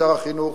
שר החינוך,